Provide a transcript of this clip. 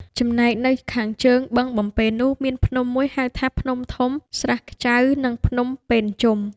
ចំណែកនៅខាងជើងបឹងបំពេនោះ មានភ្នំមួយ ហៅថា ភ្នំធំ ស្រះខ្ចៅ និងភ្នំពេនជុំ ។